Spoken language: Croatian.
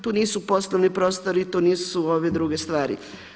Tu nisu poslovni prostori, tu nisu ove druge stvari.